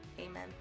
amen